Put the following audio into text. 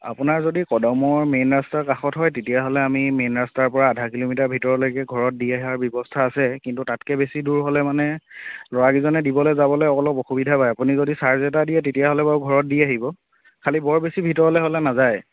আপোনাৰ যদি কদমৰ মেইন ৰাস্তাৰ কাষত হয় তেতিয়াহ'লে আমি মেইন ৰাস্তাৰ পৰা আধা কিলোমিটাৰ ভিতৰলৈকে ঘৰত দি অহাৰ ব্যৱস্থা আছে কিন্তু তাতকৈ বেছি দূৰ হ'লে মানে ল'ৰা কেইজনে দিবলৈ যাবলৈ অলপ অসুবিধা পায় আপুনি যদি চাৰ্জ এটা দিয়ে তেতিয়াহ'লে বাৰু ঘৰত দি আহিব খালী বৰ বেছি ভিতৰলৈ হ'লে নাযায়